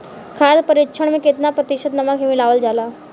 खाद्य परिक्षण में केतना प्रतिशत नमक मिलावल जाला?